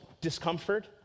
discomfort